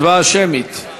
הצבעה שמית.